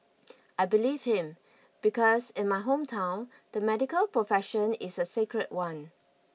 I believed him because in my hometown the medical profession is a sacred one